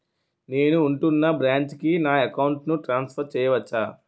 నేను ఉంటున్న బ్రాంచికి నా అకౌంట్ ను ట్రాన్సఫర్ చేయవచ్చా?